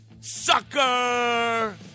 sucker